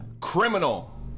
criminal